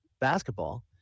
basketball